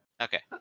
Okay